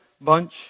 bunch